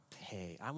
pay